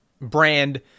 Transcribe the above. brand